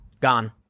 Gone